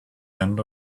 end